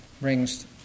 brings